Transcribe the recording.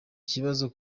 kibazo